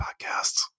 podcasts